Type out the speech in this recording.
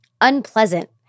unpleasant